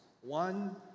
One